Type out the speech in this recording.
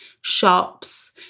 shops